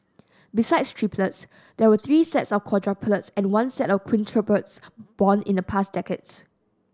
besides triplets there were three sets of quadruplets and one set of quintuplets born in the past decades